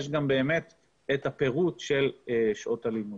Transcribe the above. יש גם את הפירוט של שעות הלימוד.